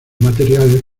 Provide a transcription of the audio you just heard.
materiales